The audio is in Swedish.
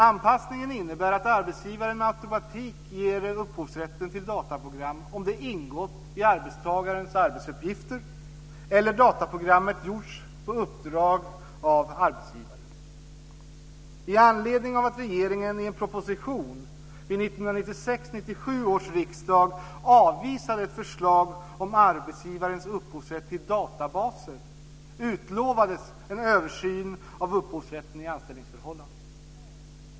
Anpassningen innebär att arbetsgivaren med automatik äger upphovsrätten till dataprogram om det ingått i arbetstagarens arbetsuppgifter eller om dataprogrammet gjorts på uppdrag av arbetsgivaren. I anledning av att regeringen i en proposition vid 1996/97 års riksdag avvisade ett förslag om arbetsgivarens upphovsrätt till databaser utlovades en översyn av upphovsrätten i anställningsförhållanden.